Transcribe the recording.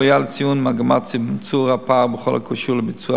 ראויה לציון מגמת צמצום הפער בכל הקשור לביצוע